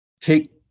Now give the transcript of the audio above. take